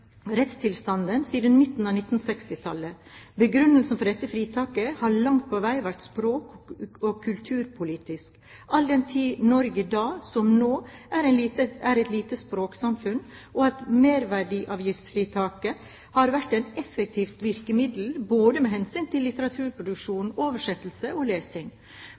rettstilstanden siden midten av 1960-tallet. Begrunnelsen for dette fritaket har langt på vei vært språk- og kulturpolitisk – all den tid Norge da, som nå, er et lite språksamfunn, og at merverdiavgiftsfritaket har vært et effektivt virkemiddel med hensyn til både litteraturproduksjon, litteraturoversettelse og lesing.